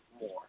more